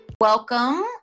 Welcome